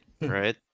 right